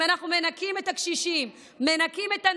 אם אנחנו מנכים את הקשישים והנשים,